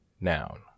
Noun